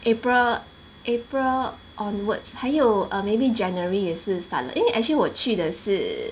april april onwards 还有 err maybe january 也是 start 了因为 actually 我去的是